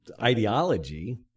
ideology